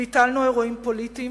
ביטלנו אירועים פוליטיים,